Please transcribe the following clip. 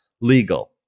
Legal